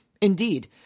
Indeed